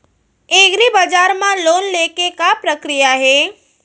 एग्रीबजार मा लोन के का प्रक्रिया हे?